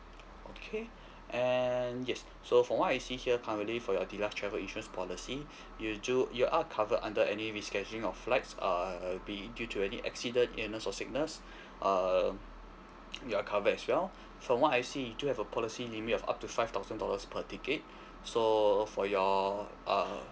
okay and yes so from what I see here currently for your deluxe travel insurance policy you do you are covered under any rescheduling of flights err be it due to any accident illness or sickness uh you are covered as well from what I see you do have a policy limit of up to five thousand dollars per ticket so for your uh